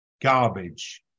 garbage